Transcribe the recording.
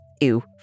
Ew